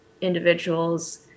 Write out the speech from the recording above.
individuals